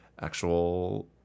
actual